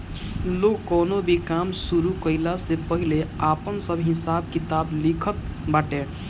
लोग कवनो भी काम शुरू कईला से पहिले आपन सब हिसाब किताब लिखत बाटे